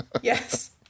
yes